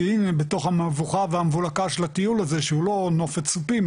מתוך המבוכה של הטיול הזה שהוא לא נופת צופים,